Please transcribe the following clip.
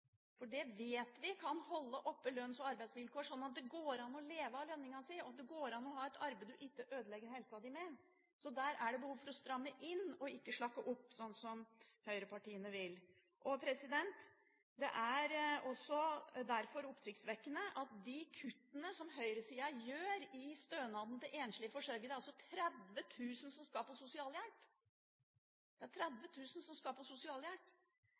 vet at det kan holde lønns- og arbeidsvilkår oppe, sånn at det går an å leve av lønningen sin, og at det går an å ha et arbeid du ikke ødelegger helsa di på. Så der er det behov for å stramme inn – ikke slakke opp, sånn som høyrepartiene vil. Derfor er også de kuttene som høyresida gjør i stønaden til enslige forsørgere, oppsiktsvekkende. Det er altså 30 000 som